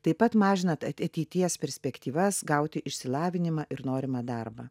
taip pat mažina ateities perspektyvas gauti išsilavinimą ir norimą darbą